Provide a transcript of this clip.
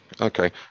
okay